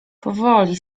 powoli